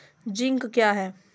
Zinc क्या हैं?